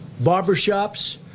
barbershops